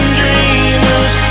dreamers